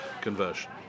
conversion